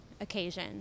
occasion